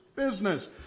business